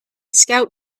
scout